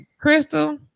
Crystal